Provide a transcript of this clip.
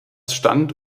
stand